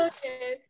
Okay